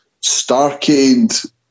Starcade